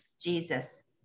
Jesus